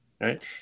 Right